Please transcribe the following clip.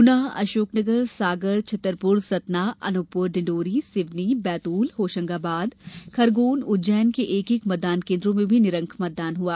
गुना अशोकनगर सागर छतरपुर सतना अनूपपुर डिंडोरी सिवनी बैतूल होशंगाबाद खरगोन उज्जैन के एक एक मतदान केन्द्रो में भी निरंक मतदान हुआ